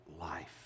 life